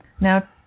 Now